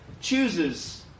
chooses